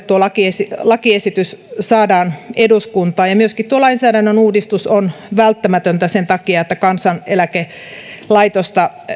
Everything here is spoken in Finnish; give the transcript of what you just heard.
tuo lakiesitys lakiesitys saadaan eduskuntaan ja tuo lainsäädännön uudistus on välttämätön myöskin sen takia että kansaneläkelaitosta